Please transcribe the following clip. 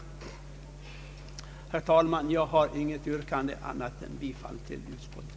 Herr talman! Jag har inget annat yrkande än om bifall till utskottets förslag.